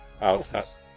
Out